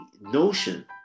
notion